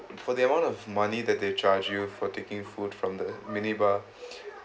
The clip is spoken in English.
for the amount of money that they charge you for taking food from the mini bar